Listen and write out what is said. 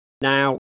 Now